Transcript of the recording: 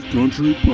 Country